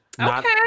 Okay